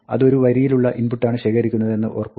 അത് ഒരു വരിയിലുള്ള ഇൻപുട്ടാണ് ശേഖരിക്കുന്നത് എന്ന് ഓർക്കുക